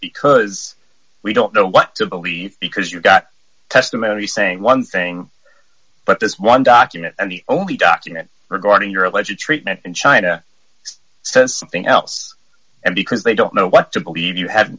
because we don't know what to believe because you've got testimony saying one thing but this one document and the only document regarding your legit treatment in china says something else and because they don't know what to believe you have